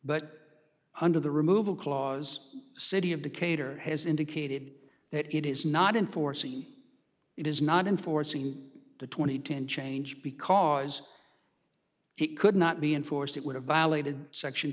but under the removal clause city of decatur has indicated that it is not enforcing it is not enforcing the twenty ten change because it could not be enforced it would have violated se